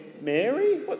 Mary